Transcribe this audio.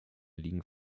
ligen